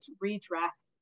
redress